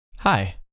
Hi